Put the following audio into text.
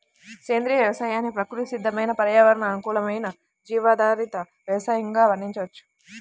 సేంద్రియ వ్యవసాయాన్ని ప్రకృతి సిద్దమైన పర్యావరణ అనుకూలమైన జీవాధారిత వ్యవసయంగా వర్ణించవచ్చు